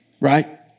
right